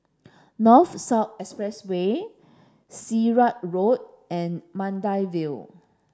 North South Expressway Sirat Road and Maida Vale